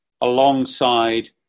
alongside